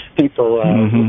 people